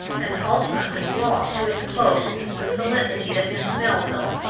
and ultimately brought to its close the felicity that miss melville,